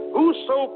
Whoso